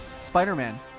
Spider-Man